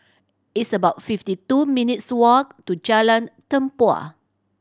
it's about fifty two minutes' walk to Jalan Tempua